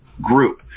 group